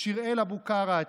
שיראל אבוקרט,